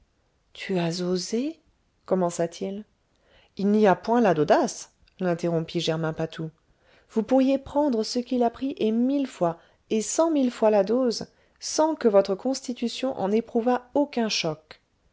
tu as osé commença-t-il il n'y a point là d'audace l'interrompit germain patou vous pourriez prendre ce qu'il a pris et mille fois et cent mille fois la dose sans que votre constitution en éprouvât aucun choc